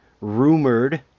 rumored